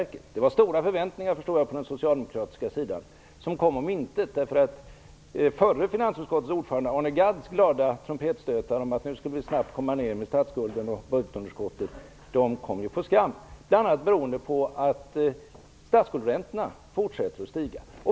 Jag förstår att det var stora förväntningar från den socialdemokratiska sidan som kom intet, därför att finansutskottets förre ordförande Arne Gadds glada trumpetstötar om att vi nu snabbt skulle få ned statsskulden och budgetunderskottet kom ju på skam. Det berodde bl.a. på att statsskuldräntorna fortsatte att stiga.